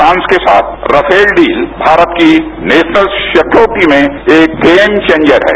France के साथ Rafale deal भारतकी नेशनल सिक्यूरिटी में एक गेम चेंजर है